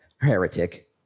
heretic